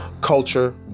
Culture